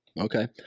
Okay